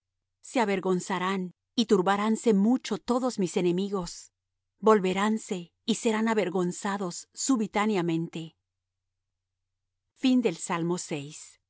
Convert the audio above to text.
se avergonzarán y turbaránse mucho todos mis enemigos volveránse y serán avergonzados subitáneamente